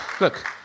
Look